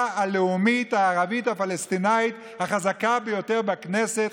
לאומית הערבית הפלסטינית החזקה ביותר בכנסת,